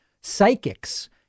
psychics